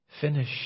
Finish